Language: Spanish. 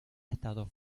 estado